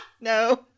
No